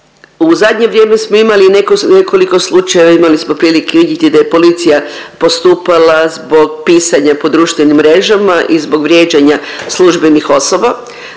U zadnje vrijeme smo imali nekoliko slučajeva, imali smo prilike vidjeti da je policija postupala zbog pisanja po društvenim mrežama i zbog vrijeđanja službenih osoba,